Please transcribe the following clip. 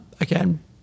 Again